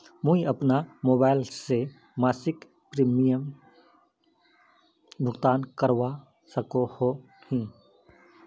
मुई अपना मोबाईल से मासिक प्रीमियमेर भुगतान करवा सकोहो ही?